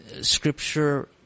scripture